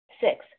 six